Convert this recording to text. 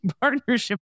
partnership